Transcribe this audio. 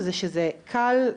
זה שזה קל,